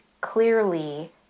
clearly